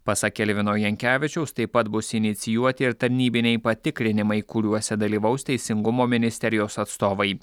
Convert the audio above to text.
pasak elvino jankevičiaus taip pat bus inicijuoti ir tarnybiniai patikrinimai kuriuose dalyvaus teisingumo ministerijos atstovai